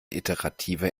iterative